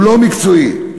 מקצועי.